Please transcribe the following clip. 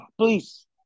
Please